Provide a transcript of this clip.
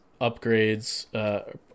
upgrades